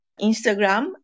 instagram